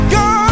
God